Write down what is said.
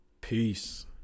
peace